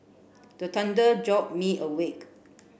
the thunder jolt me awake